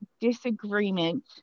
disagreement